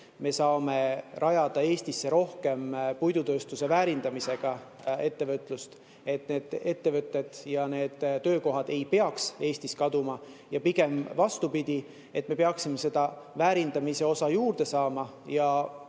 me saame rajada Eestisse rohkem puidutööstuse väärindamisega [tegelevat] ettevõtlust, et need ettevõtted ja need töökohad ei peaks Eestis kaduma, vaid vastupidi, me peaksime seda väärindamise osa juurde saama.